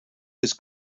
was